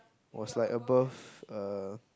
was like above err